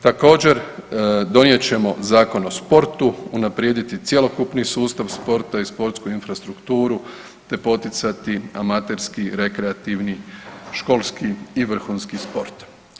Također, donijet ćemo Zakon o sportu, unaprijediti cjelokupni sustav i sportsku infrastrukturu te poticati amaterski, rekreativni, školski i vrhunski sport.